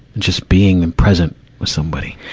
just being in present with somebody.